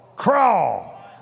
Crawl